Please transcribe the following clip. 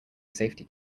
safety